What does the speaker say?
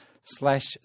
slash